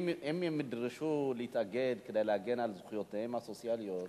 אם הם ידרשו להתאגד כדי להגן על זכויותיהם הסוציאליות.